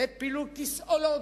לפילוג כיסאולוגי.